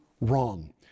wrong